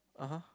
(uh huh)